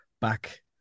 back